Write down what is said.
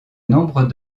nombre